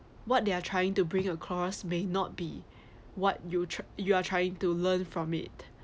what they are trying to bring across may not be what you try you are trying to learn from it